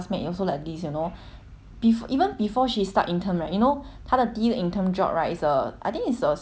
bef~ even before she start intern right you know 她的第一个 intern job right is a I think it's a small company lah then